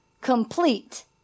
complete